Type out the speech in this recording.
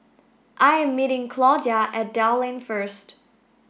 I am meeting Claudia at Dell Lane first